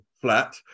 flat